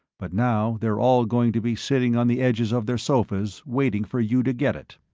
but now they're all going to be sitting on the edges of their sofas waiting for you to get it.